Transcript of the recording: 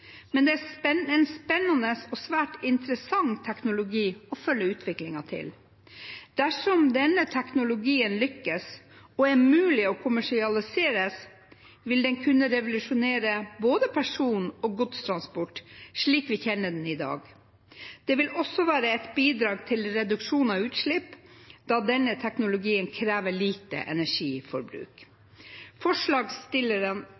men det er en spennende og svært interessant teknologi å følge utviklingen til. Dersom denne teknologien lykkes og er mulig å kommersialisere, vil den kunne revolusjonere både person- og godstransport slik vi kjenner den i dag. Det vil også være et bidrag til reduksjon av utslipp, da denne teknologien krever lite